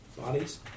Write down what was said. bodies